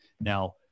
Now